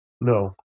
No